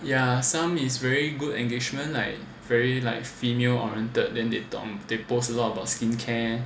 yeah some is very good engagement like very like female oriented then they they post a lot about skincare